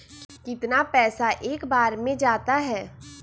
कितना पैसा एक बार में जाता है?